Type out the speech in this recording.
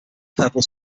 purple